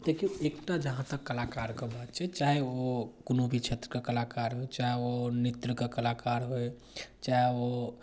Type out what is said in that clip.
देखियौ एकटा जहाँ तक कलाकारके बात छै चाहे ओ कोनो भी क्षेत्रके कलाकार होय चाहे ओ नृत्यके कलाकार होय चाहे ओ